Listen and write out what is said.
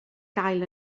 gael